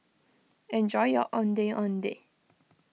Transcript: enjoy your Ondeh Ondeh